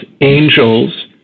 angels